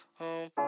home